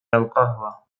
القهوة